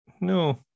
No